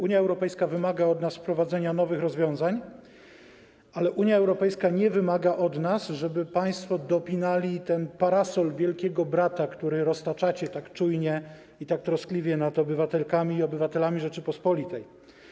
Unia Europejska wymaga od nas wprowadzenia nowych rozwiązań, ale nie wymaga, żeby państwo dopinali ten parasol Wielkiego Brata, który roztaczacie tak czujnie i tak troskliwie nad obywatelkami i obywatelami Rzeczypospolitej.